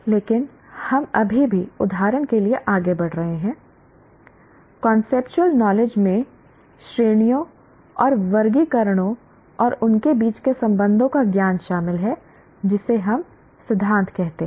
लेकिन हम अभी भी उदाहरण के लिए आगे बढ़ रहे हैं कांसेप्चुअल नॉलेज में श्रेणियों और वर्गीकरणों और उनके बीच के संबंधों का ज्ञान शामिल है जिसे हम सिद्धांत कहते हैं